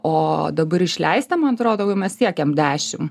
o dabar išleista man atrodo jau mes siekiam dešim